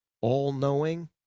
All-knowing